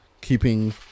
keeping